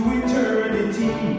eternity